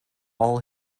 all